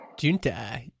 Junta